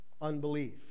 unbelief